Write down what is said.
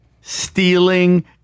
stealing